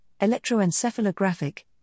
electroencephalographic